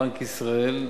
בנק ישראל,